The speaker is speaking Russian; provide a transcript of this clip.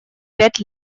пять